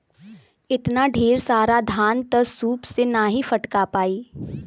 एतना ढेर सारा धान त सूप से नाहीं फटका पाई